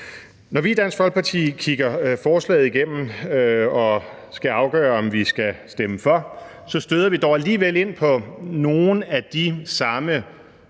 Når vi i Dansk Folkeparti kigger forslaget igennem og skal afgøre, om vi skal stemme for det, støder vi dog alligevel ind i nogle af de samme